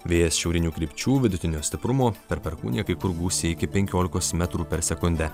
vėjas šiaurinių krypčių vidutinio stiprumo per perkūniją kai kur gūsiai iki penkiolikos metrų per sekundę